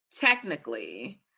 technically